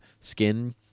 skin